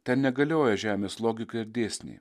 ten negalioja žemės logika ir dėsniai